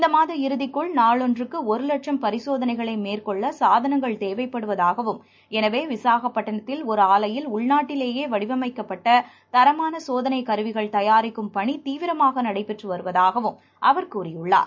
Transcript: இந்த மாத இறுதிக்குள் நாளொன்றுக்கு ஒரு வட்சும் பரிசோதனைகளை மேற்கொள்ள சாதனங்கள் தேவைப்படுவதாகவும் எனவே விசாகப்பட்டினத்தில் ஒரு ஆலையில் உள்நாட்டிலேயே வடிவமைக்கப்பட்ட தரமான சோதனை கருவிகள் தயாரிக்கும் பணி தீவிரமாக நடைபெற்று வருவதாகவும் அவர் கூறியுள்ளார்